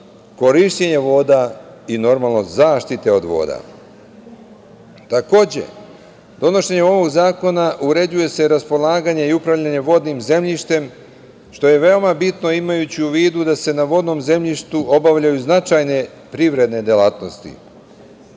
korišćenje voda i normalno zaštite od voda. Donošenje ovog zakona, uređuje se raspolaganje i upravljanje vodnim zemljištem, što je veoma bitno imajući u vidu, da se na vodnom zemljištu obavljaju značajne privredne delatnosti.